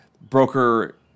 broker